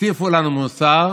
הטיפו לנו מוסר.